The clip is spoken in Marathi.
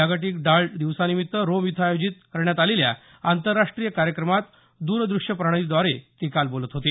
जागतिक डाळ दिवसानिमित्त रोम इथं आयोजित करण्यात आलेल्या आंतरराष्ट्रीय कार्यक्रमात दूरदृश्य प्रणालीद्वारे ते बोलत होते